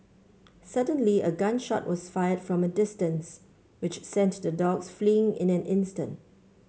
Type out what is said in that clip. suddenly a gun shot was fired from a distance which sent the dogs fleeing in an instant